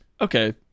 Okay